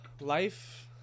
life